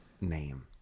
name